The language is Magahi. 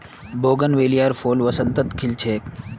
बोगनवेलियार फूल बसंतत खिल छेक